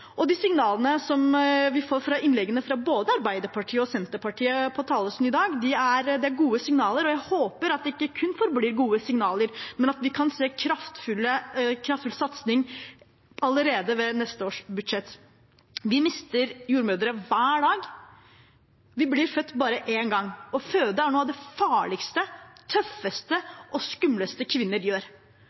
De signalene vi får fra innleggene fra både Arbeiderpartiet og Senterpartiet på talerstolen i dag, er gode, og jeg håper det ikke kun forblir gode signaler, men at vi kan se kraftfull satsing allerede ved neste års budsjett. Vi mister jordmødre hver dag. Vi blir født bare én gang. Å føde er noe av det farligste, tøffeste og skumleste kvinner gjør.